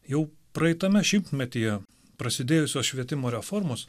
jau praeitame šimtmetyje prasidėjusio švietimo reformos